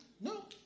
No